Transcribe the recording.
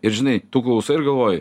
ir žinai tu klausai ir galvoji